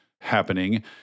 happening